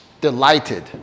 delighted